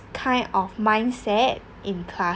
kind of mindset in class